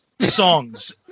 songs